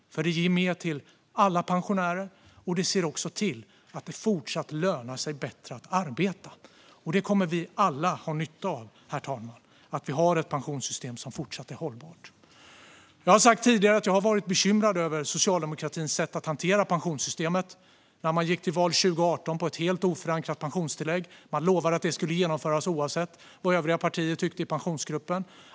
Det ger mer till alla pensionärer, och det ser också till att det fortsatt lönar sig bättre att arbeta. Vi kommer alla att ha nytta av, herr talman, att vi har ett pensionssystem som fortsatt är hållbart. Jag har sagt tidigare att jag har varit bekymrad över Socialdemokraternas sätt att hantera pensionssystemet. Man gick till val 2018 på ett helt ofinansierat pensionstillägg. Man lovade att det skulle genomföras oavsett vad övriga partier i Pensionsgruppen tyckte.